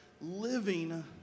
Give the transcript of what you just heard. living